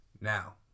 Now